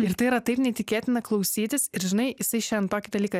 ir tai yra taip neįtikėtina klausytis ir žinai jisai šian tokį dalyką